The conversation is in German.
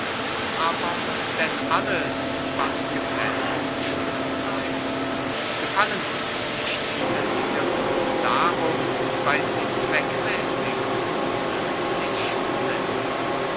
aber muß denn alles was gefällt schön seyn gefallen uns nicht viele dinge bloß darum weil sie zweckmäßig und nützlich sind